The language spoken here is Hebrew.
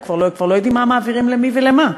כבר לא יודעים מה מעבירים למי ולמה.